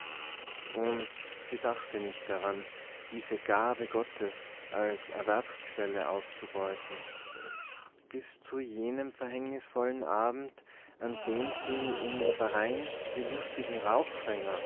und sie dachte nicht daran diese gabe gottes als erwerbsquelle auszubeuten bis zu jenem verhängnisvollen abend an dem sie im verein die lustigen